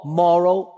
moral